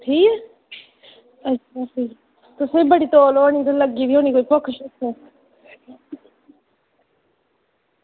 ठीक अच्छा फिर तुसें गी बड़ी तौल होनी ते लग्गी दी होनी भुक्ख शुक्ख